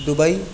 Dubai